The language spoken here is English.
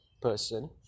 person